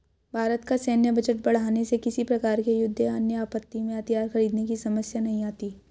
भारत का सैन्य बजट बढ़ाने से किसी प्रकार के युद्ध या अन्य आपत्ति में हथियार खरीदने की समस्या नहीं आती